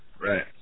Right